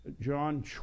John